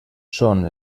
són